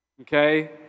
Okay